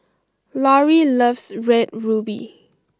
Lorrie loves red ruby